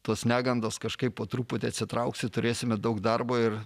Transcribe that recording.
tos negandos kažkaip po truputį atsitrauks ir turėsime daug darbo ir